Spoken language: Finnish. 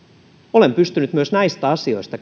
olen pystynyt myös näistä asioista